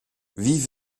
wie